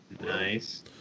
Nice